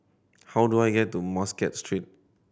how do I get to Muscat Street